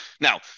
Now